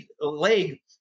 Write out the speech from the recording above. leg